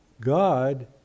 God